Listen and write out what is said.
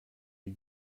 wie